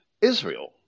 Israel